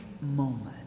moment